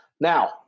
Now